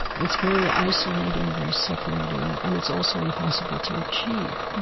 it's very isolating, very separating, and it's also impossible to achieve.